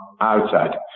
outside